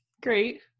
great